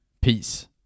peace